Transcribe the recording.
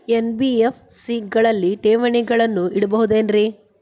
NBFC ಗಳಲ್ಲಿ ಠೇವಣಿಗಳನ್ನು ಇಡಬಹುದೇನ್ರಿ?